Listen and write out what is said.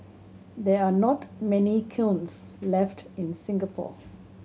there are not many kilns left in Singapore